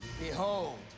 Behold